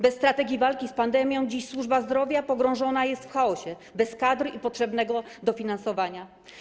Bez strategii walki z pandemią dziś służba zdrowia pogrążona jest w chaosie, bez kadr i potrzebnego dofinansowania.